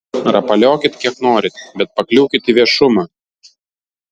rapaliokit kiek norit bet pakliūkit į viešumą